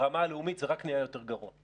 ברמה הלאומית זה רק נהיה יותר גרוע.